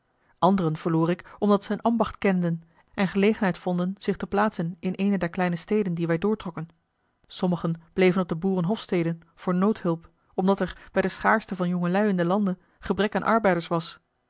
anderen verloor ik omdat ze een ambacht kenden en gelegenheid vonden zich te plaatsen in eene der kleine steden die wij doortrokken sommigen bleven op de boerenhofsteden voor noodhulp omdat er bij de schaarschte van jongelui in den lande gebrek aan arbeiders was